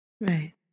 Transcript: Right